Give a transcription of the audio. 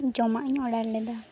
ᱡᱚᱢᱟᱜ ᱤᱧ ᱚᱰᱟᱨ ᱞᱮᱫᱟ